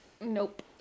Nope